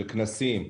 של כנסים,